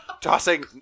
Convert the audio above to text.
tossing